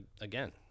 again